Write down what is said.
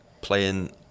playing